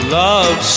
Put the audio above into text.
love